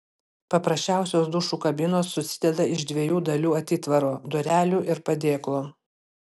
paprasčiausios dušo kabinos susideda iš dviejų dalių atitvaro durelių ir padėklo